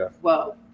Whoa